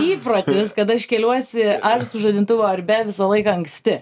įprotis kad aš keliuosi ar su žadintuvu ar be visą laiką anksti